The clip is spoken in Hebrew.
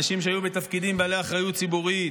אנשים שהיו בתפקידים בעלי אחריות ציבורית.